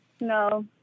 no